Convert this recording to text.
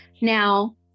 Now